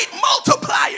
multiplier